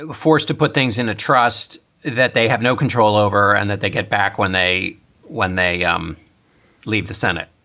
but forced to put things in a trust that they have no control over and that they get back when they when they um leave the senate?